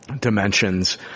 dimensions